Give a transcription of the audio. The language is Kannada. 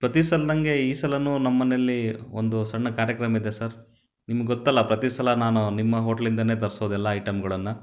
ಪ್ರತಿಸಲದಂಗೆ ಈ ಸಲನೂ ನಮ್ಮನೆಯಲ್ಲಿ ಒಂದು ಸಣ್ಣ ಕಾರ್ಯಕ್ರಮ ಇದೆ ಸರ್ ನಿಮ್ಗೊತ್ತಲ್ಲ ಪ್ರತಿ ಸಲ ನಾನು ನಿಮ್ಮ ಹೋಟ್ಲಿಂದನೇ ತರ್ಸೋದು ಎಲ್ಲ ಐಟಂಗಳನ್ನ